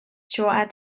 throughout